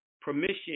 permission